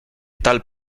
tal